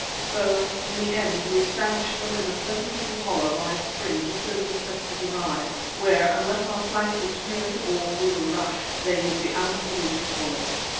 so in the end we established them in a pleasant little hollow by a spring just over the crest of the rise, where unless our flank were turned or we were rushed, they would be out of the reach of bullets.